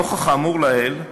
נוכח האמור לעיל,